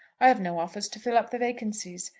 i have no offers to fill up the vacancies.